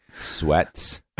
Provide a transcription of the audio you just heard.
sweats